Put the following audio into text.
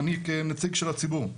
אני כנציג של הציבור.